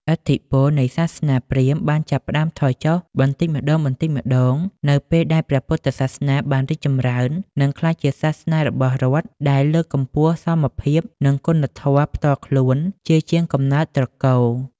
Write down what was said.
ឥទ្ធិពលនៃសាសនាព្រាហ្មណ៍បានចាប់ផ្តើមថយចុះបន្តិចម្តងៗនៅពេលដែលព្រះពុទ្ធសាសនាបានរីកចម្រើន និងក្លាយជាសាសនារបស់រដ្ឋ ដែលលើកកម្ពស់សមភាព និងគុណធម៌ផ្ទាល់ខ្លួនជាជាងកំណើតត្រកូល។